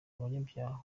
abanyabyaha